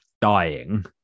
dying